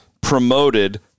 promoted